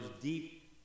deep